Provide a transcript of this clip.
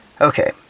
Okay